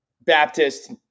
Baptist